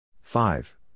Five